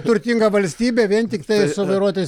turtingą valstybę vien tiktai su vairuotojais